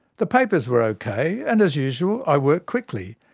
the papers were ok, and as usual, i worked quickly.